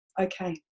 okay